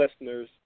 listeners